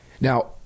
Now